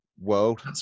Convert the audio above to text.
world